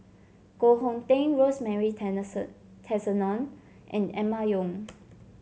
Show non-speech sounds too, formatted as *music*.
Koh Hong Teng Rosemary *unintelligible* Tessensohn and Emma Yong